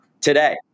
Today